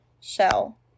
shell